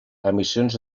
emissions